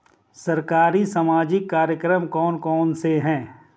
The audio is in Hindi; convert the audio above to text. सरकारी सामाजिक कार्यक्रम कौन कौन से हैं?